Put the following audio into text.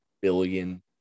billion